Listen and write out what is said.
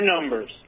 numbers